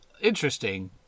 interesting